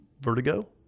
vertigo